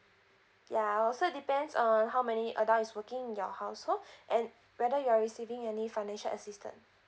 yeah uh also depends on how many adults is working in your household and whether you're receiving any financial assistance